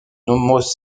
nombreuses